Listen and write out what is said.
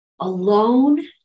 alone